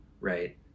right